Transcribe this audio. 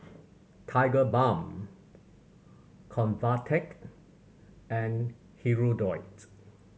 Tigerbalm Convatec and Hirudoid